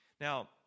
Now